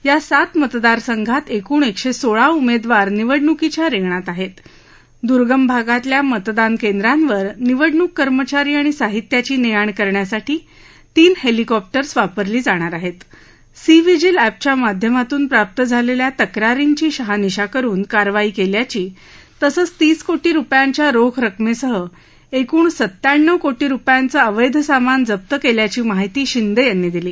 या सात मतदारसंघात एकूण एकशशिक्रोळा उमद्विर निवडणुकीच्या रिंगणात आहेत दूर्गम भागातल्या मतदानकेंद्रांवर निवडणूक कर्मचारी आणि साहित्याची ना्आण करण्यासाठी तीन हविकॉप्टर्स वापरलजिाणार आहव सीव्हिजिल एपच्या माध्यमातून प्राप्त झालख्खा तक्रारींची शहानिशा करून कारवाई क्व्याची तसंच तीस कोटी रुपयांच्या रोख रकमस्क् एकूण सत्त्याण्णव कोटी रुपयांचं अवधीसामान जप्त कल्याची माहिती शिंदखिनी दिली